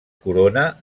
corona